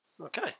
Okay